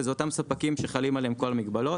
ואלה אותם ספקים שחלות עליהם כל המגבלות.